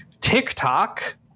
TikTok